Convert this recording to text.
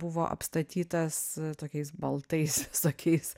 buvo apstatytas tokiais baltais visokiais